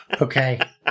okay